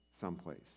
someplace